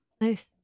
Nice